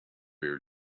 ear